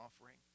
offering